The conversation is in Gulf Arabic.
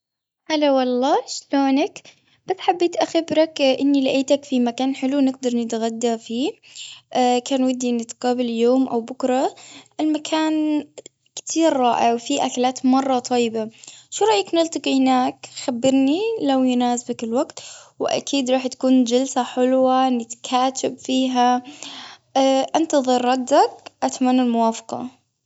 هلا والله، شلونك. بس حبيت أخبرك إني لقيتك في مكان حلو، نقدر نتغدى فيه. كان ودي نتقابل اليوم، أو بكره. المكان كتير رائع وفي أكلات مرة طيبة. شو رأيك نلتقي هناك، خبرني لو يناسبك الوقت. وأكيد راح تكون جلسة حلوة، نتكاتشب فيها. أنتظر ردك، اتمنى الموافقة.